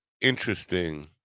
interesting